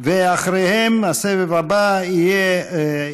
ואחריהם, הסבב הבא יהיה: